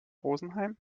rosenheim